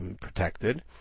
protected